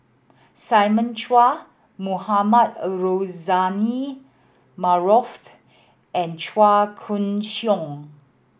Simon Chua Mohamed Rozani Maarof and Chua Koon Siong